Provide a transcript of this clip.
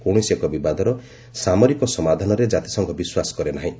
କୌଣସି ଏକ ବିବାଦର ସାମରିକ ସମାଧାନରେ କାତିସଂଘ ବିଶ୍ୱାସ କରେ ନାହିଁ